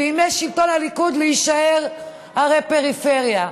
בימי שלטון הליכוד, להישאר ערי פריפריה.